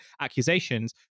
accusations